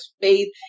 faith